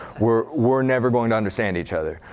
we're we're never going to understand each other.